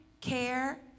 care